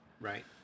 Right